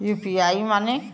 UPI माने?